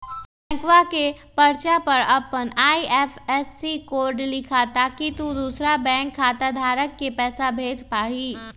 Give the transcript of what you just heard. बैंकवा के पर्चा पर अपन आई.एफ.एस.सी कोड लिखा ताकि तु दुसरा बैंक खाता धारक के पैसा भेज पा हीं